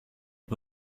από